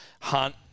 hunt